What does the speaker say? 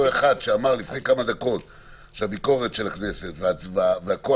אותו אחד שאמר לפני כמה דקות שהביקורת של הכנסת והכוח